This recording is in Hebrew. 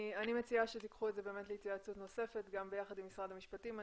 אני מציעה שתיקחו את זה להתייעצות נוספת ביחד עם משרד המשפטים.